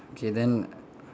okay then